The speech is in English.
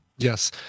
Yes